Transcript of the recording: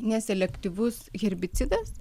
neselektyvus herbicidas